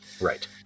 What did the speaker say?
Right